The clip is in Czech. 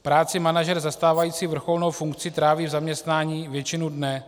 V práci manažer zastávající vrcholnou funkci tráví v zaměstnání většinu dne.